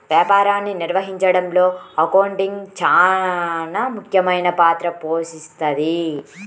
వ్యాపారాన్ని నిర్వహించడంలో అకౌంటింగ్ చానా ముఖ్యమైన పాత్ర పోషిస్తది